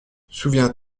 souviens